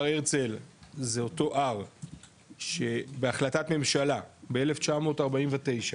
הר הרצל זה אותו הר שבהחלטת ממשלה ב-1949 ,